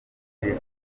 divert